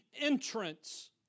entrance